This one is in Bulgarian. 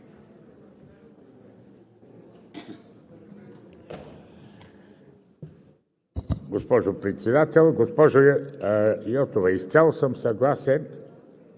Госпожо Председател! Госпожо Йотова, изцяло съм съгласен